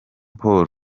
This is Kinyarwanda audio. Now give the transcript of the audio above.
paul